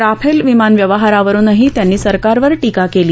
Rafale विमान व्यवहारावरुनही त्यांनी सरकारवर टीका केली